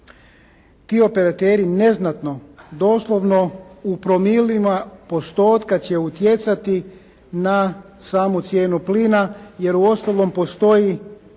ti operateri neznatno doslovno u promilima postotka će utjecati na samu cijenu plina, jer u osnovnom postoji